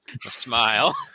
Smile